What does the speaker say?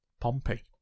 Pompey